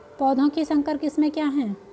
पौधों की संकर किस्में क्या हैं?